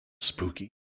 Spooky